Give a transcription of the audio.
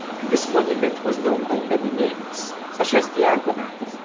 and this monument was known by many names, such as the argonath,